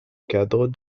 cadre